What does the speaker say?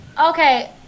Okay